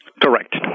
Correct